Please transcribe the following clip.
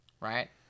right